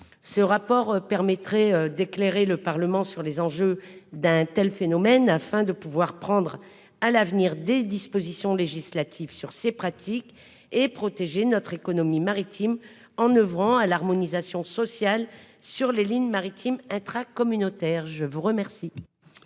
Ce rapport permettrait d'éclairer le Parlement sur les enjeux d'un tel phénomène afin de pouvoir prendre à l'avenir des dispositions législatives sur ces pratiques et protéger ainsi notre économie maritime, en oeuvrant à l'harmonisation sociale sur les lignes maritimes intracommunautaires. Quel